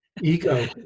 Ego